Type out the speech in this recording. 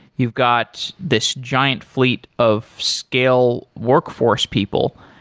you've got this giant fleet of scale workforce people.